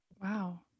Wow